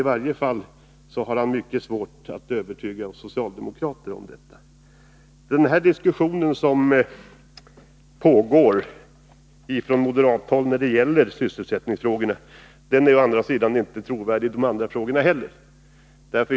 I varje fall har han mycket svårt att övertyga oss socialdemokrater om detta. Den diskussion som pågår på moderat håll om sysselsättningen är inte trovärdig när det gäller de andra frågorna heller.